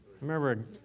Remember